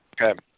Okay